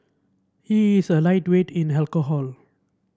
he is a lightweight in alcohol